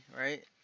right